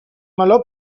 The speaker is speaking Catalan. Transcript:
meló